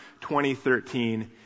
2013